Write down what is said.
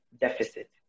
deficit